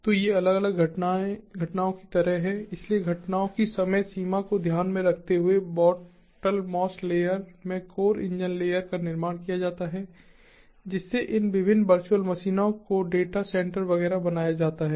तो ये अलग अलग घटनाओं की तरह हैं इसलिए घटनाओं की समय सीमा को ध्यान में रखते हुए बॉटलमॉस्ट लेयर में कोर इंजन लेयर का निर्माण किया जाता है जिससे इन विभिन्न वर्चुअल मशीनों को डेटा सेंटर वगैरह बनाया जाता है